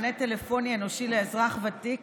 הצעת חוק מענה טלפוני אנושי לאזרח ותיק